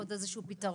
עוד איזשהו פיתרון.